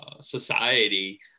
society